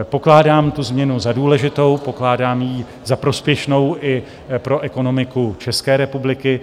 Pokládám tu změnu za důležitou, pokládám ji za prospěšnou i pro ekonomiku České republiky.